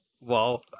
Wow